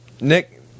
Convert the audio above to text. Nick